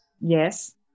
Yes